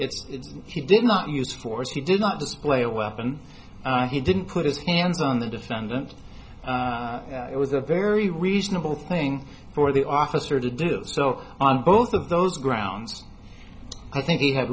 it's he did not use force he did not display a weapon he didn't put his hands on the defendant it was a very reasonable thing for the officer to do so on both of those grounds i think he had